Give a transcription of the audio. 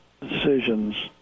decisions